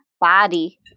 body